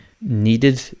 needed